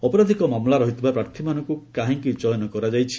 ଅପରାଧିକ ମାମଲା ରହିଥିବା ପ୍ରାର୍ଥୀମାନଙ୍କୁ କାହିଁକି ଚୟନ କରାଯାଇଛି